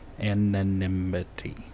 anonymity